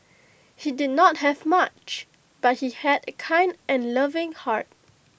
he did not have much but he had A kind and loving heart